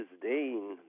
disdain